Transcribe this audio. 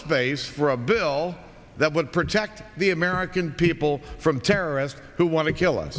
space for a bill that would protect the american people from terrorists who want to kill us